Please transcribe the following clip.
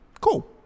Cool